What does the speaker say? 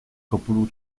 kopuru